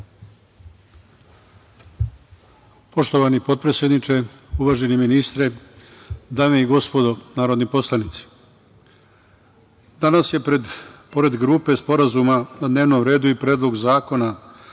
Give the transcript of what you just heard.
Poštovani potpredsedniče, uvaženi ministre, dame i gospodo narodni poslanici, danas je pored grupe sporazuma na dnevnom redu i Predlog zakona